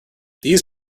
these